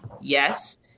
Yes